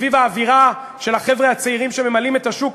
סביב האווירה של החבר'ה הצעירים שממלאים את השוק,